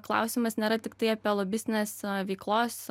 klausimas nėra tiktai apie lobistinės veiklos